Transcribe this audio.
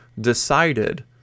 decided